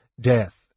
death